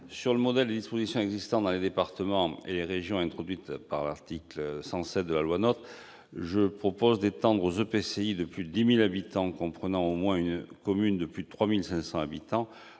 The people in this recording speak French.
Sur le modèle des dispositions existantes pour les départements et les régions introduites par l'article 107 de la loi NOTRe, je propose d'étendre aux EPCI de plus de 10 000 habitants, comprenant au moins une commune de plus de 3 500 habitants,